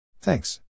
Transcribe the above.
Thanks